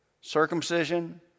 circumcision